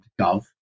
Gov